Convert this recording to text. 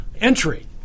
entry